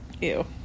ew